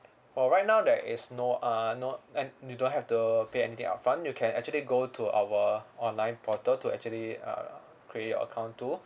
for right now there is no uh no and you don't have to pay anything upfront you can actually go to our online portal to actually uh create your account too